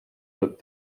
looked